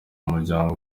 umuryango